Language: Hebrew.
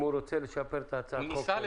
אם הוא רוצה לשפר את הצעת החוק שלו.